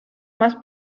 más